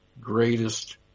greatest